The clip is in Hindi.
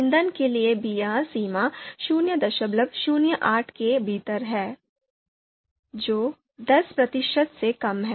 ईंधन के लिए भी यह सीमा 008 के भीतर है जो दस प्रतिशत से कम है